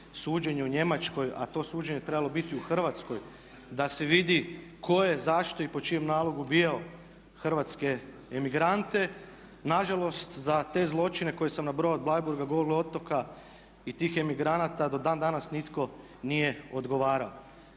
suđenje u Njemačkoj a to suđenje je trebalo biti u Hrvatskoj, da se vidi tko je zašto i po čijem nalogu ubijao hrvatske emigrante. Nažalost za te zločine koje sam nabrojao od Bleiburga, Golog otoka i tih emigranata do dan danas nitko nije odgovarao.